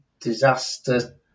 disaster